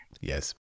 Yes